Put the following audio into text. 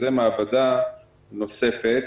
זו מעבדה נוספת